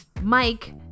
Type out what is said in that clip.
Mike